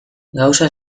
gauza